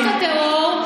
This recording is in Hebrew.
זה נובע מחוק הטרור.